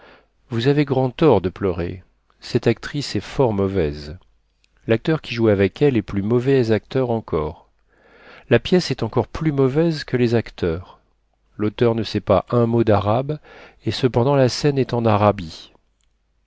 vous avez grand tort de pleurer cette actrice est fort mauvaise l'acteur qui joue avec elle est plus mauvais acteur encore la pièce est encore plus mauvaise que les acteurs l'auteur ne sait pas un mot d'arabe et cependant la scène est en arabie